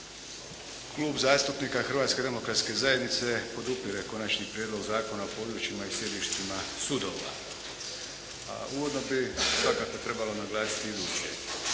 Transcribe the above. Klub zastupnika Hrvatske demokratske zajednice podupire Konačni prijedlog Zakona o područjima i sjedištima sudova, a uvodno bi svakako trebalo naglasiti iduće.